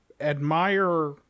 admire